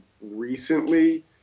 recently